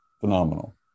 Phenomenal